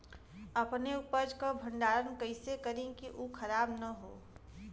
अपने उपज क भंडारन कइसे करीं कि उ खराब न हो?